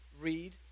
read